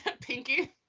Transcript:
Pinky